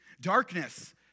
Darkness